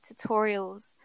tutorials